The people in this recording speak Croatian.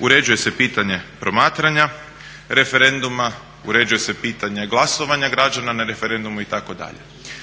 uređuje se pitanje promatranja referenduma, uređuje se pitanje glasovanja građana na referendumu itd.